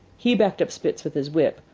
he backed up spitz with his whip,